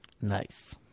Nice